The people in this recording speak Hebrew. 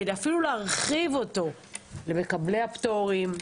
ואפילו להרחיב אותו למקבלי הפטורים,